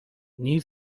new